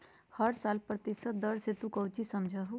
हर साल प्रतिशत दर से तू कौचि समझा हूँ